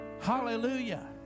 Hallelujah